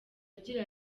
agira